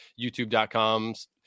youtube.com's